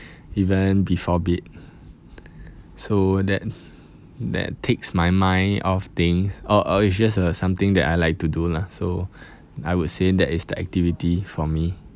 even before bed so that that takes my mind off things or uh it's just uh something that I like to do lah so I would say that is the activity for me